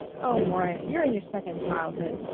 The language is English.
oh, maury, you're in your second childhood.